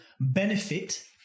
benefit